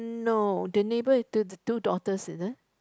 no the neighbor two daughters is it